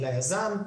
ליזם,